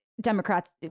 democrats